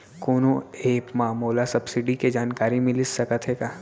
कोनो एप मा मोला सब्सिडी के जानकारी मिलिस सकत हे का?